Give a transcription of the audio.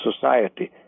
society